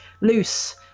loose